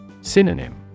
Synonym